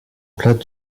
plâtre